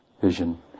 vision